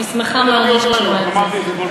אני שמחה מאוד לשמוע את זה.